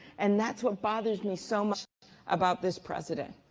and that's what bothers me so much about this president.